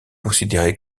considéré